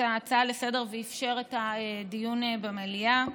ההצעה לסדר-היום ואפשר את הדיון במליאה,